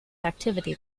activity